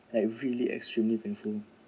like really extremely painful